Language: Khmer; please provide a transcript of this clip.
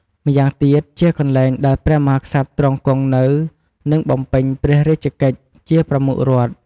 ម្យ៉ាងទៀតជាកន្លែងដែលព្រះមហាក្សត្រទ្រង់គង់នៅ និងបំពេញព្រះរាជកិច្ចជាប្រមុខរដ្ឋ។